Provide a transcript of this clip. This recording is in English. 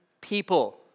people